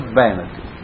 vanity